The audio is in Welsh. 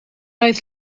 oedd